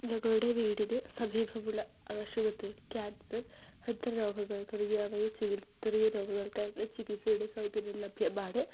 ഞങ്ങളുടെ വീടിന് സമീപമുള്ള ആശുപത്രിയിൽ കാൻസർ ഹൃദ്രോഗങ്ങൾ തുടങ്ങിയവയിൽ തുടങ്ങിയ രോഗങ്ങൾക്കായുള്ള ചികിൽസയുടെ സൗകര്യം ലഭ്യമാണ്